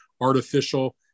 artificial